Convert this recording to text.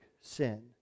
sin